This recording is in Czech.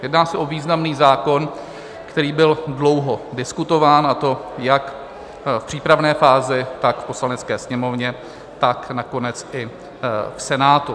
Jedná se o významný zákon, který byl dlouho diskutován, a to jak v přípravné fázi, tak v Poslanecké sněmovně, tak nakonec i v Senátu.